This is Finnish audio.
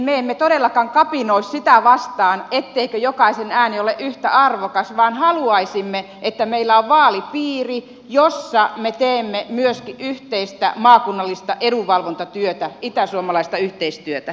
me emme todellakaan kapinoi sitä vastaan etteikö jokaisen ääni ole yhtä arvokas vaan haluaisimme että meillä on vaalipiiri jossa me teemme myöskin yhteistä maakunnallista edunvalvontatyötä itäsuomalaista yhteistyötä